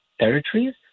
territories